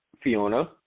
Fiona